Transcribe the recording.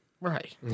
Right